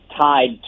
tied